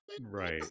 Right